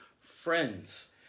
friends